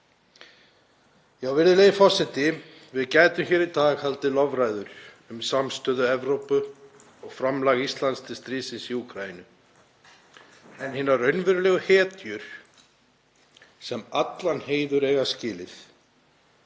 Virðulegi forseti. Við gætum í dag haldið lofræður um samstöðu Evrópu og framlag Íslands til stríðsins í Úkraínu, en hinar raunverulegu hetjur sem allan heiður eiga skilið